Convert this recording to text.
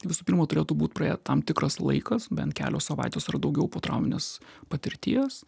visų pirma turėtų būt praėję tam tikras laikas bent kelios savaitės ar daugiau po trauminės patirties